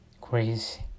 crazy